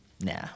Nah